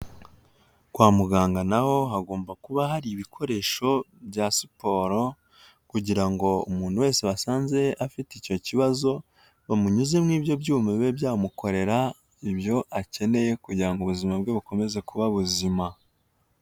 Kwa muganga na ho hagomba kuba hari ibikoresho bya siporo, kugira ngo umuntu wese basanze afite icyo kibazo bamunyuze muri ibyo byuma bibe byamukorera ibyo akeneye, kugira ngo ubuzima bwe bukomeze kuba buzima.